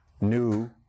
new